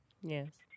Yes